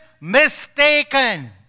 mistaken